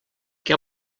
què